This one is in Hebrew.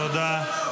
תודה.